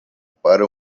para